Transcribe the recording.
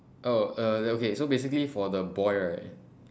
oh uh okay so basically for the boy right